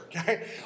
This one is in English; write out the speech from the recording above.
Okay